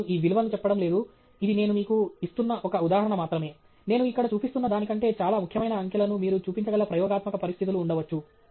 నేను ఈ విలువను చెప్పడం లేదు ఇది నేను మీకు ఇస్తున్న ఒక ఉదాహరణ మాత్రమే నేను ఇక్కడ చూపిస్తున్న దానికంటే చాలా ముఖ్యమైన అంకెలను మీరు చూపించగల ప్రయోగాత్మక పరిస్థితులు ఉండవచ్చు